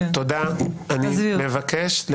אני מבקש.